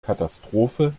katastrophe